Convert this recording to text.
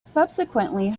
subsequently